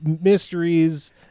mysteries